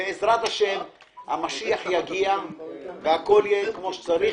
בעזרת השם המשיח יגיע והכול יהיה כפי שצריך